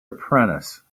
apprentice